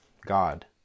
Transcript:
God